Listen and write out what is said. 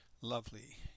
lovely